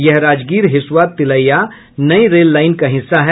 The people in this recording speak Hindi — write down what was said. यह राजगीर हिसुआ तिलैया नई रेल लाईन का हिस्सा है